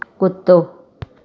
कुतो